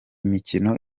mikino